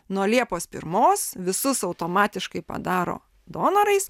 nuo liepos pirmos visus automatiškai padaro donorais